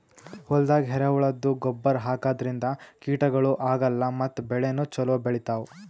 ಹೊಲ್ದಾಗ ಎರೆಹುಳದ್ದು ಗೊಬ್ಬರ್ ಹಾಕದ್ರಿನ್ದ ಕೀಟಗಳು ಆಗಲ್ಲ ಮತ್ತ್ ಬೆಳಿನೂ ಛಲೋ ಬೆಳಿತಾವ್